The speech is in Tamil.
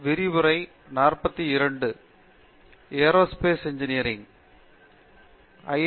பேராசிரியர் பிரதாப் ஹரிதாஸ் ஐ